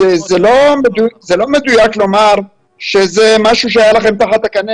זה לא מדויק לומר שזה משהו שהיה לכם תחת הקנה